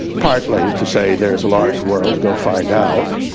partly to say there's a large world go find out,